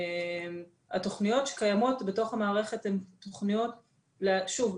התוכניות שקיימות בתוך המערכת הן תוכניות שוב,